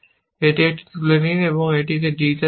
এটি একটি তুলে নিন এবং এটিকে d এ রাখুন